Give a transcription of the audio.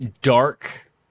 dark